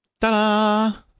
Ta-da